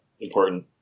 important